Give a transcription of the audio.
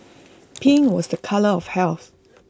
pink was A colour of health